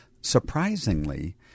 Surprisingly